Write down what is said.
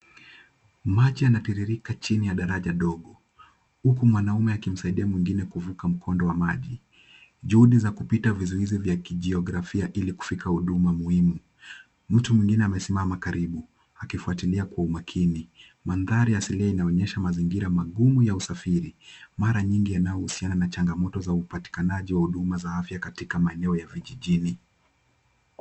Maji yanatiririka chini ya daraja dogo huku mwanume akimsaidia mwingine kuvuka mkondo wa maji. Juhudi za kupita vizuizi vya kijiografia ili kufika huduma muhimu. Mtu mwingine amesimama karibu akifuatilia kwa umakini. Mandhari asilia inaonyesha mazingira magumu ya usafiri. Mara nyingi yanayohusianan na changamoto za upatikanaji wa huduma za afya katika maeneo ya vijijini.